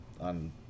on